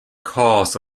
cause